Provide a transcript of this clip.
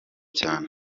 cyane